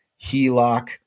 HELOC